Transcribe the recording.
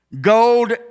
Gold